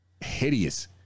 hideous